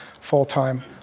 full-time